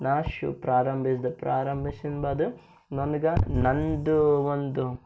ನಾನು ಶು ಪ್ರಾರಂಭಿಸಿದೆ ಪ್ರಾರಂಭಿಸಿನ ಬಾದು ನನಗೆ ನನ್ನದು ಒಂದು